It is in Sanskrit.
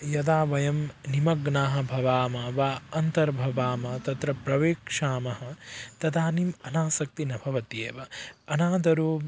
यदा वयं निमग्नाः भवामः वा अन्तर्भवामः तत्र प्रविशामः तदानीम् अनासक्तिः न भवत्येव अनादरो